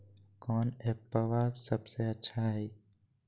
कौन एप्पबा सबसे अच्छा हय?